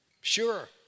Sure